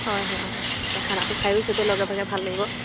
হয় হয় হয় তেতিয়া খানাটো খায়ো চবে লগে ভাগে ভাল লাগিব